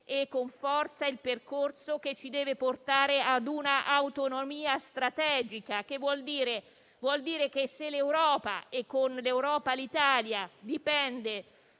e con forza il percorso che ci deve portare ad un'autonomia strategica, che vuol dire che se l'Europa - e con l'Europa l'Italia - dipende